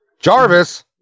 Jarvis